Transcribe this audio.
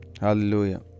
Hallelujah